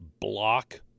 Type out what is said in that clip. block